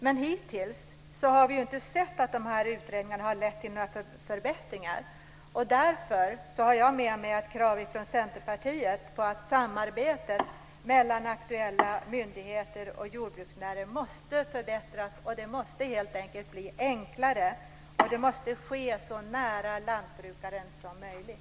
Men hittills har vi ju inte sett att utredningarna har lett till några förbättringar. Därför har jag med mig ett krav från Centerpartiet på att samarbetet mellan aktuella myndigheter och jordbruksnäring måste förbättras. Det måste helt enkelt bli enklare, och det måste ske så nära lantbrukaren som möjligt.